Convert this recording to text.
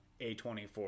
A24